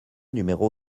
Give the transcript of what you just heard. numéro